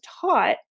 taught